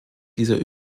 dieser